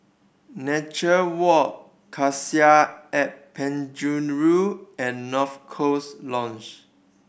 Nature Walk Cassia at Penjuru and North Coast Lodge